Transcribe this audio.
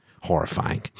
Horrifying